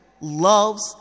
loves